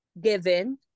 given